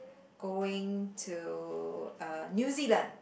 going to uh New Zealand